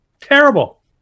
Terrible